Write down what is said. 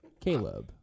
Caleb